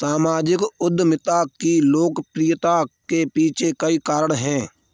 सामाजिक उद्यमिता की लोकप्रियता के पीछे कई कारण है